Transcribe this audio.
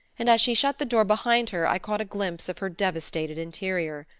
and as she shut the door behind her i caught a glimpse of her devastated interior.